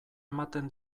ematen